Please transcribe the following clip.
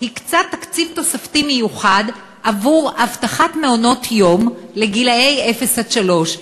הקצה תקציב תוספתי מיוחד עבור אבטחת מעונות-יום לגילאי אפס עד שלוש.